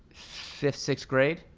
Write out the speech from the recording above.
fifth sixth grade.